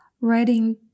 writing